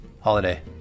holiday